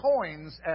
coins